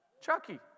Chucky